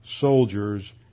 soldiers